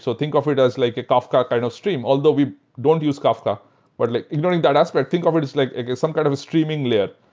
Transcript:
so think of it as like a kafka kind of stream. although we don't use kafka or like learning that aspect, think of it as like some kind of a streaming layer.